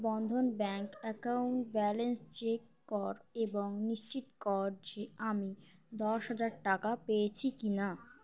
বন্ধন bank account balance check কর এবং নিশ্চিত কর যে আমি দশ হাজার টাকা পেয়েছি কি না